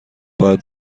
باید